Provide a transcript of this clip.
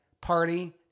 party